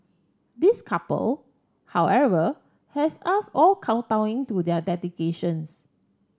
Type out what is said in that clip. this couple however has us all kowtowing to their dedications